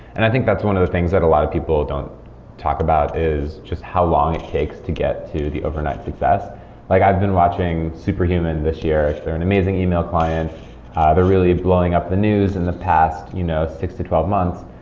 i think that's one of the things that a lot of people don't talk about is just how long it takes to get to the overnight success like i've been watching superhuman this year. they're an amazing e-mail client. they're really blowing up the news in the past you know six to twelve months.